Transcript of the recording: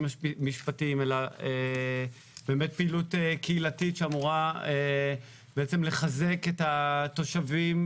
המשפטיים אלא באמת פעילות קהילתית שהיא אמורה לחזק את התושבים,